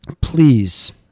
please